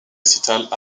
récitals